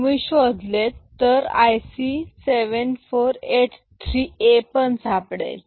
तुम्ही शोधले तर IC 7483 A पण सापडेल